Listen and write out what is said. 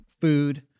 food